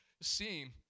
seem